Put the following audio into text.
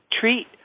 treat